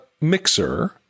mixer